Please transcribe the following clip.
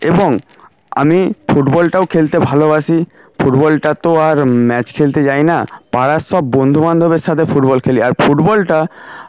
এবং আমি ফুটবলটাও খেলতে ভালোবাসি ফুটবলটা তো আর ম্যাচ খেলতে যাই না পাড়ার সব বন্ধু বান্ধবের সাথে ফুটবল খেলি আর ফুটবলটা